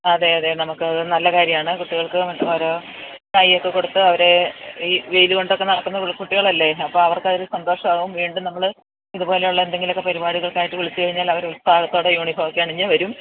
അതെ അതെ നമുക്കതു നല്ല കാര്യമാണ് കുട്ടികൾക്ക് ഓരോ മുട്ടായിയൊക്കെ കൊടുത്ത് അവരെ ഈ വെയിൽ കൊണ്ടൊക്കെ നടക്കുന്നു കുട്ടികളല്ലേ അപ്പോള് അവർക്കതൊരു സന്തോഷമാകും വീണ്ടും നമ്മള് ഇതുപോലെയുള്ള എന്തെങ്കിലുമൊക്കെ പരിപാടികൾക്കായിട്ടു വിളിച്ചു കഴിഞ്ഞാൽ അവര് ഉത്സാഹത്തോടെ യൂണിഫോം ഒക്കെ അണിഞ്ഞു വരും